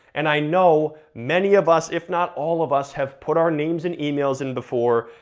and i know many of us, if not all of us have put our names and emails in before,